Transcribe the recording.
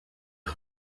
est